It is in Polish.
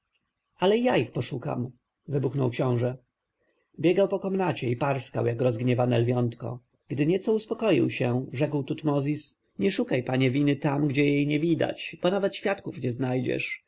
ale ja ich poszukam wybuchnął książę biegał po komnacie i parskał jak rozgniewane lwiątko gdy nieco uspokoił się rzekł tutmozis nie szukaj panie winy tam gdzie jej nie widać bo nawet świadków nie znajdziesz